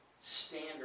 standard